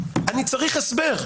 אני צריך הסבר.